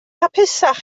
hapusach